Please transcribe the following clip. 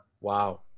Wow